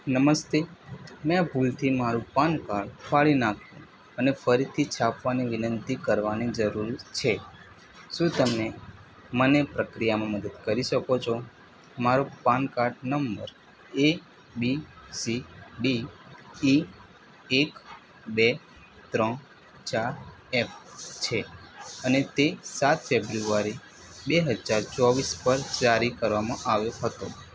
નમસ્તે મેં ભૂલથી મારું પાન કાર્ડ ફાડી નાખ્યું અને ફરીથી છાપવાની વિનંતી કરવાની જરૂર છે શું તમે મને પ્રકિયામાં મદદ કરી શકો છો મારો PAN card number ABCD E એક બે ત્રણ ચાર એફ છે અને તે સાત ફેબ્રુઆરી બે હજાર ચોવીસ પર જારી કરવામાં આવ્યો હતો